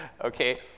okay